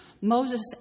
Moses